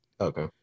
Okay